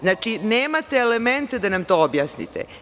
Znači, nemate elemente da nam to objasnite.